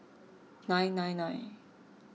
nine nine nine